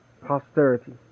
posterity